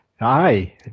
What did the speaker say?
Aye